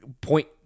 point